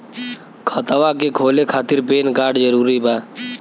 खतवा के खोले खातिर पेन कार्ड जरूरी बा?